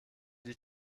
die